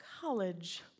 college